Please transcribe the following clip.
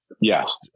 yes